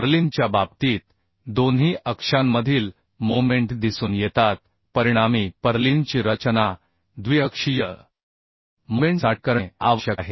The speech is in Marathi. पर्लिनच्या बाबतीत दोन्ही अक्षांमधील मोमेंट दिसून येतात परिणामी पर्लिनची रचना द्विअक्षीय मोमेंट साठी करणे आवश्यक आहे